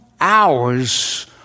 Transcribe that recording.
hours